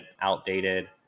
outdated